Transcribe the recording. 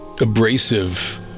abrasive